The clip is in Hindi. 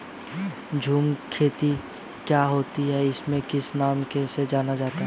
झूम खेती क्या होती है इसे और किस नाम से जाना जाता है?